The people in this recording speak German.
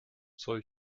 soll